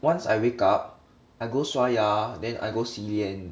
once I wake up I go 刷牙 then I go 洗脸